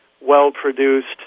well-produced